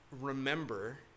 remember